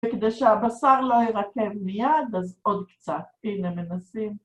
וכדי שהבשר לא יירקב מיד, אז עוד קצת. הנה מנסים.